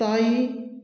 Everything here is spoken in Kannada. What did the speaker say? ತಾಯಿ